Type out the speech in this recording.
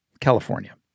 California